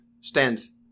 stands